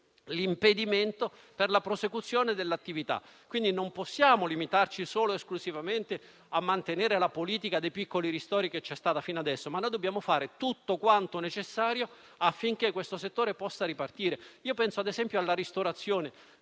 l'impedimento per la prosecuzione dell'attività. Non possiamo, quindi, limitarci esclusivamente a mantenere la politica dei piccoli ristori che c'è stata fino ad ora, ma dobbiamo fare tutto quanto necessario affinché questo settore possa ripartire. Penso, ad esempio, alla ristorazione.